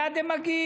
מייד הם מגיעים.